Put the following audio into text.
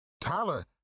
tyler